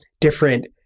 different